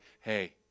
hey